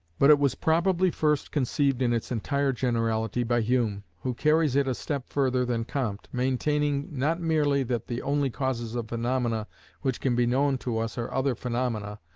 but it was probably first conceived in its entire generality by hume, who carries it a step further than comte, maintaining not merely that the only causes of phaenomena which can be known to us are other phaenomena,